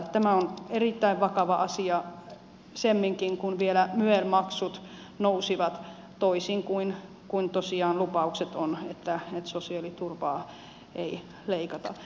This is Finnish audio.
tämä on erittäin vakava asia semminkin kun vielä myel maksut nousivat toisin kuin tosiaan lupaukset ovat että sosiaaliturvaa ei leikata